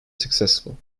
successful